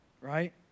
Right